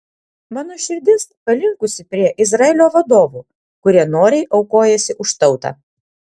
mano širdis palinkusi prie izraelio vadovų kurie noriai aukojasi už tautą